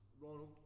Ronald